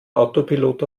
autopilot